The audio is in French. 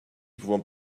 pouvant